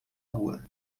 rua